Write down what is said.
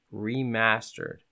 remastered